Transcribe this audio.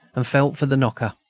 and felt for the knocker.